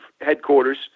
headquarters